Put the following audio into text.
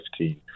2015